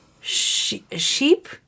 sheep